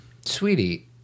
sweetie